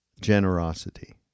generosity